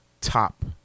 top